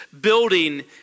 building